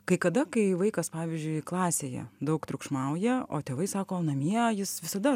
kai kada kai vaikas pavyzdžiui klasėje daug triukšmauja o tėvai sako namie jis visada